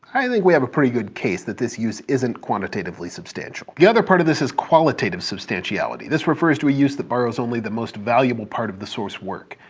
i think we have a pretty good case that this use isn't quantitatively substantial. the other part of this is qualitative substantiality. this refers to a use that borrows only the most valuable part of the source work.